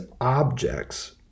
objects